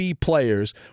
players